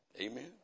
Amen